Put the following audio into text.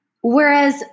whereas